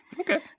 okay